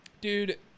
dude